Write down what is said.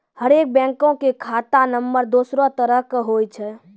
हरेक बैंको के खाता नम्बर दोसरो तरह के होय छै